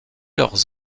leurs